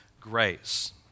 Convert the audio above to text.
grace